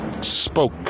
Spoke